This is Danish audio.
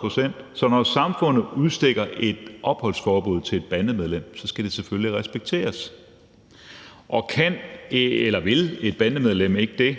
procent. Så når samfundet udstikker et opholdsforbud til et bandemedlem, skal det selvfølgelig respekteres, og kan eller vil et bandemedlem ikke det,